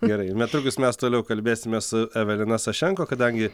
gerai netrukus mes toliau kalbėsime su evelina sašenko kadangi